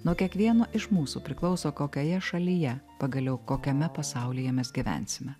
nuo kiekvieno iš mūsų priklauso kokioje šalyje pagaliau kokiame pasaulyje mes gyvensime